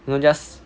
you know just